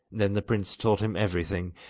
then the prince told him everything,